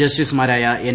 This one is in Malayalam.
ജസ്റ്റിസുമാരായ എൻ